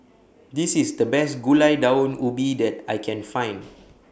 This IS The Best Gulai Daun Ubi that I Can Find